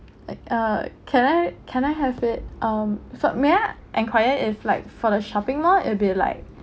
uh can I can I have it um s~ may I enquire if like for the shopping mall it'll be like